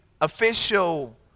official